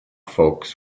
folks